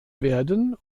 werden